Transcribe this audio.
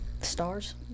Stars